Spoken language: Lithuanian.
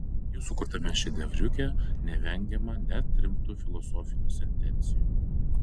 jų sukurtame šedevriuke nevengiama net rimtų filosofinių sentencijų